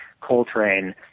Coltrane